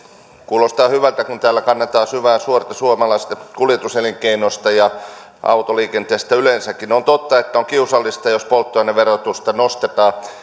kuulostaa hyvältä kun täällä kannetaan syvää huolta suomalaisesta kuljetuselinkeinosta ja autoliikenteestä yleensäkin on totta että on kiusallista jos polttoaineverotusta nostetaan